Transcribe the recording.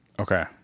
Okay